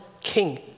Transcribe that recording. king